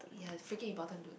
ya it's freaking important dude